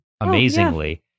amazingly